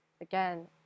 again